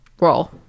Roll